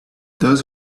those